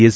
S